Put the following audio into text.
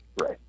right